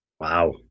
Wow